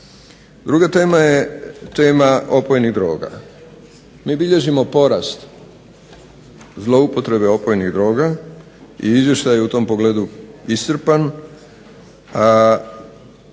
Druga tema je tema opojnih droga. Mi bilježimo porast zloupotrebe opojnih droga i izvještaj je u tom pogledu iscrpan.